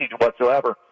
whatsoever